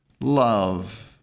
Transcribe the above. love